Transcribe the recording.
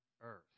earth